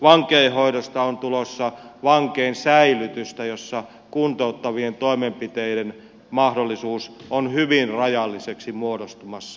vankeinhoidosta on tulossa vankeinsäilytystä jossa kuntouttavien toimenpiteiden mahdollisuus on hyvin rajalliseksi muodostumassa